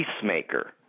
peacemaker